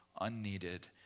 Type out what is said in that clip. unneeded